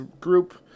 group